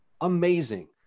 amazing